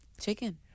chicken